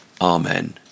Amen